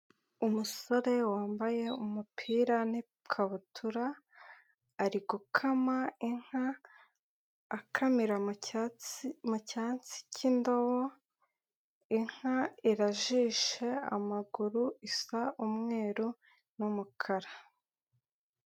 Umusore wambaye umupira n'ikabutura, ari gukama inka, akamira mu cyatsi cy'indobo, inka irajishe amaguru, isa umweru n'umukara.